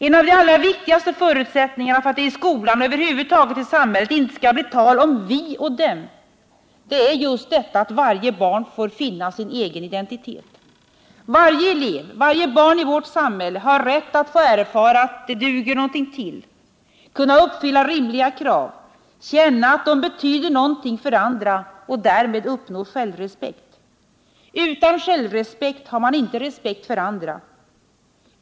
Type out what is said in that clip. En av de allra viktigaste förutsättningarna för att det i skolan och över huvud taget i samhället inte skall bli tal om vi och dem är just att varje barn får finna sin egen identitet. Varje elev och varje barn i vårt samhälle har rätt att få erfara att de duger någonting till, kan uppfylla rimliga krav, kan känna att de betyder någonting för andra och att de därmed kan uppnå självrespekt. Utan självrespekt har man inte respekt för andra.